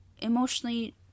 Emotionally